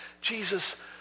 Jesus